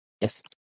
Yes